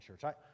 Church